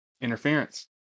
interference